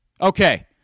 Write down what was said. Okay